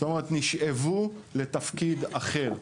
זאת אומרת, נשאבו לתפקיד אחר.